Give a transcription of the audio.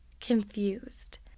confused